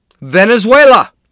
Venezuela